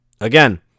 again